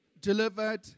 delivered